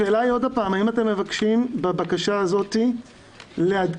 השאלה האם אתם מבקשים בבקשה הזאת לעדכן